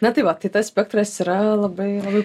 na tai va tai tas spektras yra labai labai